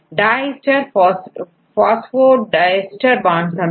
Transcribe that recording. die Easter phosphodiester bond समझे